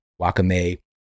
wakame